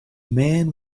man